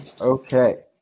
Okay